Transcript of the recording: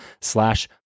slash